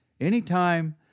Anytime